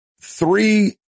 Three